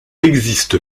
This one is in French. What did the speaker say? existe